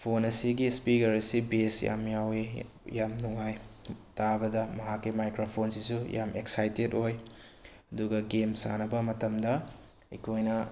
phone ꯑꯁꯤꯒꯤ speaker ꯑꯁꯤ bass ꯌꯥꯝꯅ ꯌꯥꯎꯏ ꯌꯥꯝ ꯅꯨꯡꯉꯥꯏ ꯇꯥꯕꯗ ꯃꯍꯥꯛꯀꯤ ꯃꯥꯏꯀ꯭ꯔꯣꯐꯣꯟꯁꯤꯁꯨ ꯌꯥꯝ ꯑꯦꯛꯁꯥꯏꯇꯦꯠ ꯑꯣꯏ ꯑꯗꯨꯒ ꯒꯦꯝ ꯁꯥꯅꯅꯕ ꯃꯇꯝꯗ ꯑꯩꯈꯣꯏꯅ